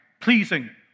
pleasing